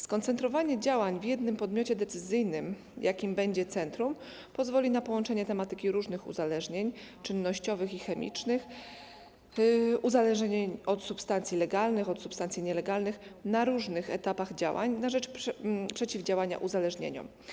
Skoncentrowanie działań w jednym podmiocie decyzyjnym, jakim będzie centrum, pozwoli na połączenie tematyki różnych uzależnień czynnościowych i chemicznych, uzależnień od substancji legalnych i od substancji nielegalnych, na różnych etapach działań na rzecz przeciwdziałania uzależnieniom.